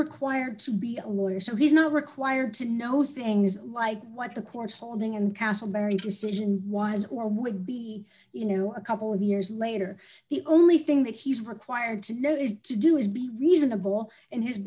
required to be a lawyer so he's not required to know things like what the court's holding and castleberry decision was or would be you know a couple of years later the only thing that he's required to know is to do is be reasonable in his